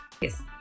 Yes